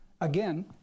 Again